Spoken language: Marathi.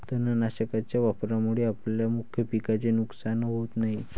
तणनाशकाच्या वापरामुळे आपल्या मुख्य पिकाचे नुकसान होत नाही